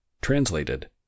Translated